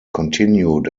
continued